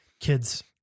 kids